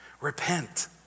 Repent